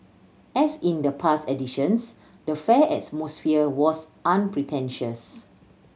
as in the past editions the fair is atmosphere was unpretentious